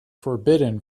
forbidden